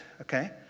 Okay